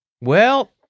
Well-